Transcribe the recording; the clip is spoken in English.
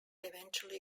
eventually